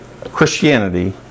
Christianity